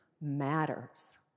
matters